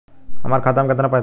हमार खाता में केतना पैसा बा?